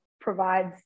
provides